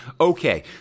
Okay